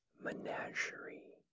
Menagerie